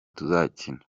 tuzakina